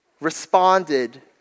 responded